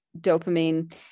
dopamine